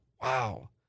wow